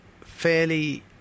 fairly